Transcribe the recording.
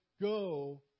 go